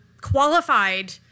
qualified